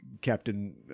captain